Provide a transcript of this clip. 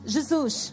Jesus